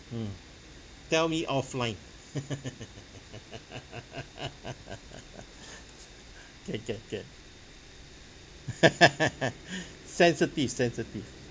mm tell me offline can can can sensitive sensitive